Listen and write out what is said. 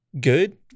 good